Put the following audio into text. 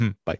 Bye